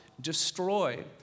destroy